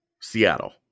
Seattle